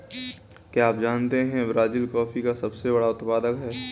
क्या आप जानते है ब्राज़ील कॉफ़ी का सबसे बड़ा उत्पादक है